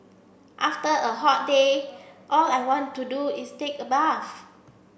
after a hot day all I want to do is take a bath